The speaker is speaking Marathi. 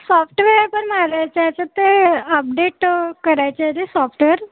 सॉफ्टवेअर पण मारायचं आहे तर ते अपडेट करायचे आहे जे सॉफ्टवेअर